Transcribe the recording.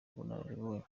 ubunararibonye